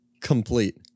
Complete